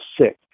sick